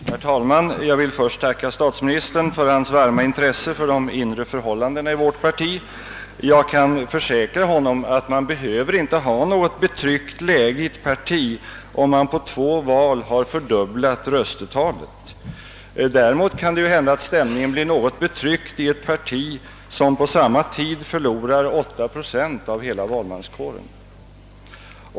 Herr talman! Jag vill först tacka statsministern för hans varma intresse för de inre förhållandena i vårt parti. Jag kan försäkra honom att man inte behöver ha något betryckt läge i ett parti som på två val fördubblat röstetalet. Däremot kan det hända att stämningen blir något betryckt i ett parti som under samma tid har förlorat 8 procent av hela valmanskåren.